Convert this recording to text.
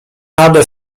nade